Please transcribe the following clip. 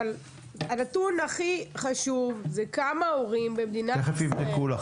הנתון הכי חשוב הוא כמה הורים במדינת ישראל --- תכף יבדקו לך,